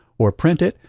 or print it,